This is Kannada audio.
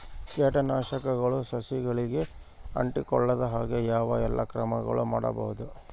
ಕೇಟನಾಶಕಗಳು ಸಸಿಗಳಿಗೆ ಅಂಟಿಕೊಳ್ಳದ ಹಾಗೆ ಯಾವ ಎಲ್ಲಾ ಕ್ರಮಗಳು ಮಾಡಬಹುದು?